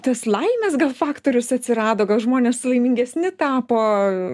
tas laimės faktorius atsirado gal žmonės laimingesni tapo